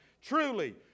Truly